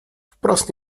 wprost